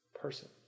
person